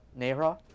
Nehra